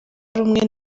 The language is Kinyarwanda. rumwe